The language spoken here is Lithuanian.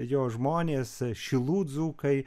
jo žmonės šilų dzūkai